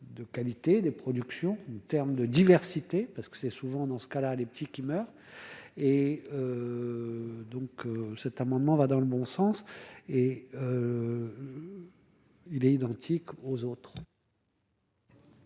de qualité des productions, terme de diversité parce que c'est souvent dans ce cas-là, les petits qui meurent et donc cet amendement va dans le bon sens et il est identique aux autres.